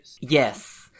Yes